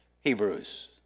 Hebrews